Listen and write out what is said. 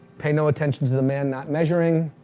pay no attention to the man not measuring.